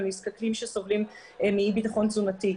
לנזקקים שסובלים מאי ביטחון תזונתי.